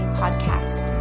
podcast